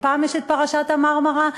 ופעם יש את פרשת ה"מרמרה",